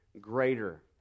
greater